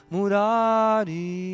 Murari